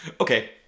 Okay